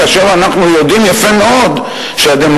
כאשר אנחנו יודעים יפה מאוד שהדמוקרטיה